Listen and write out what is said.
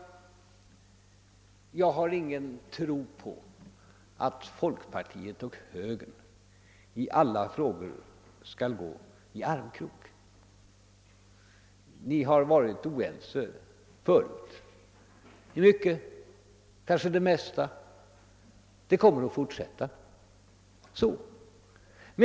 Jag har ingen tro på att folkpartiet och högern i alla frågor skall gå i armkrok. Ni har varit oense förr, och det kanske för det mesta kommer att fortsätta att vara så.